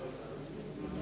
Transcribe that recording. Hvala